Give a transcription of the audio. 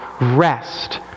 rest